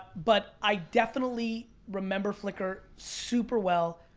but i definitely remember flickr super well,